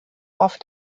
oft